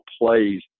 plays